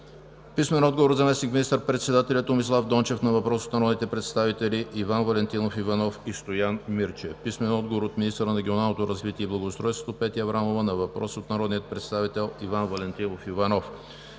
Иван Генов; - от заместник министър-председателя Томислав Дончев на въпрос от народните представители Иван Валентинов Иванов и Стоян Мирчев; - от министъра на регионалното развитие и благоустройството Петя Аврамова на въпрос от народния представител Иван Валентинов Иванов;